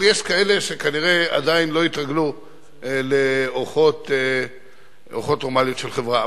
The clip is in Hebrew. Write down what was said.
אבל יש כאלה שכנראה עדיין לא התרגלו לאורחות נורמליים של חברה.